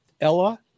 Ella